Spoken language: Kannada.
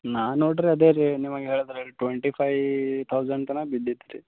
ನಾನು ನೋಡಿರಿ ಅದೇ ರೀ ನಿಮಗ್ ಹೇಳಿದ್ದು ರೇಟ್ ಟ್ವೆಂಟಿ ಫೈವ್ ತೌಸಂಡ್ ತನ ಬಿದ್ದಿತು ರೀ